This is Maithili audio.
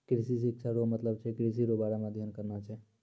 कृषि शिक्षा रो मतलब छै कृषि रो बारे मे अध्ययन करना छै